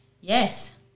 Yes